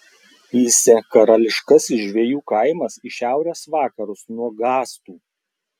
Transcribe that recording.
įsė karališkasis žvejų kaimas į šiaurės vakarus nuo gastų